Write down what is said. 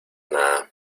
nada